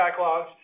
backlogs